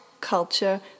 culture